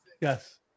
Yes